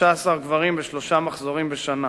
13 גברים בשלושה מחזורים בשנה.